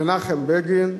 מנחם בגין,